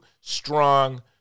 strong